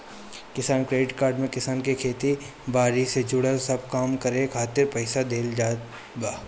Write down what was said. किसान credit card में किसान के खेती बारी से जुड़ल सब काम करे खातिर पईसा देवल जात बा